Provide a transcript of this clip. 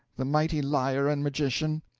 the mighty liar and magician,